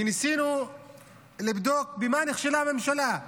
וניסינו לבדוק במה נכשלה הממשלה.